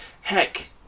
heck